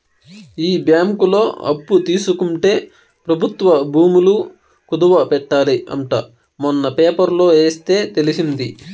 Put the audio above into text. ఈ బ్యాంకులో అప్పు తీసుకుంటే ప్రభుత్వ భూములు కుదవ పెట్టాలి అంట మొన్న పేపర్లో ఎస్తే తెలిసింది